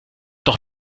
doch